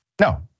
No